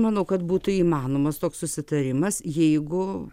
manau kad būtų įmanomas toks susitarimas jeigu